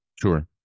Sure